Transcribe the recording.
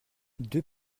deux